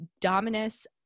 Dominus